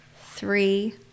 three